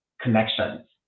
connections